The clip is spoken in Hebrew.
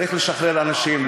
צריך לשחרר אנשים,